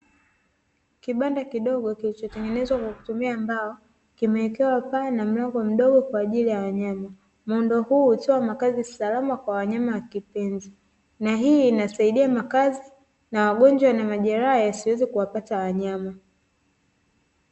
Kibanda kidogo kilichotengenezwa kwa kutumia mbao kimewekewa paa na mlango mdogo kwa ajili ya wanyama. Muundo huu hutoa makazi salama kwa wanyama wakipenzi na hii inasaidia makazi na wagonjwa wenye majeraha yasiweze kuwapata wanyama.